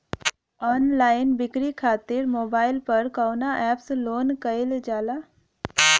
Online बिक्री खातिर mobile पर कवना एप्स लोन कईल जाला?